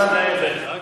לא רק,